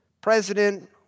president